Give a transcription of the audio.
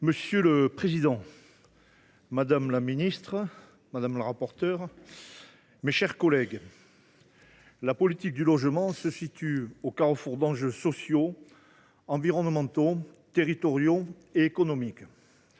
Monsieur le président, madame la ministre, madame la rapporteure, mes chers collègues, la politique du logement se situe au carrefour d’enjeux sociaux, environnementaux, territoriaux et économiques.